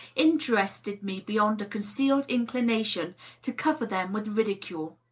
interested me beyond a concealed inclination to cover them with ridicule.